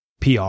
PR